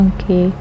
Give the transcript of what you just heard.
Okay